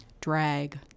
drag